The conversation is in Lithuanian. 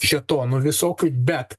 šėtonų visokių bet